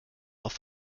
auf